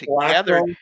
together